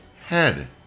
head